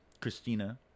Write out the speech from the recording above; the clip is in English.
Christina